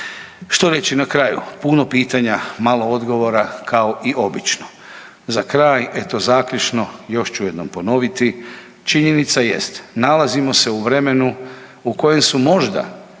Što reći na kraju? Puno pitanja, malo odgovora, kao i obično. Za kraj, eto, zaključno, još ću jednom ponoviti, činjenica jest, nalazimo se u vremenu u kojem su možda